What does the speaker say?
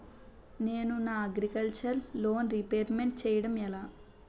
నేను నా agriculture loan repayment చేయడం ఎలా?